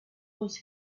was